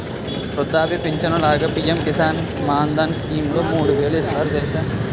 వృద్ధాప్య పించను లాగా పి.ఎం కిసాన్ మాన్ధన్ స్కీంలో మూడు వేలు ఇస్తారు తెలుసా?